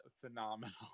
phenomenal